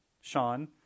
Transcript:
Sean